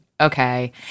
okay